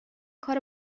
کار